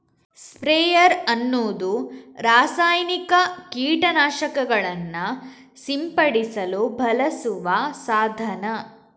sprayer ಅನ್ನುದು ರಾಸಾಯನಿಕ ಕೀಟ ನಾಶಕಗಳನ್ನ ಸಿಂಪಡಿಸಲು ಬಳಸುವ ಸಾಧನ